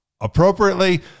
appropriately